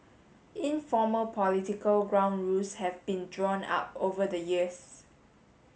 informal political ground rules have been drawn up over the years